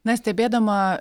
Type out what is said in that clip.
na stebėdama